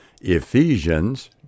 Ephesians